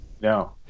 no